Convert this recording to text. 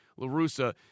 Larusa